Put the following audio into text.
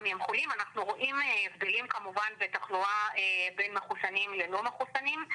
אנחנו רואים הבדלים כמובן בתחלואה בין מחוסנים ללא מחוסנים.